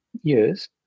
years